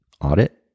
audit